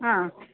ಹಾಂ